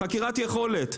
חקירת יכולת.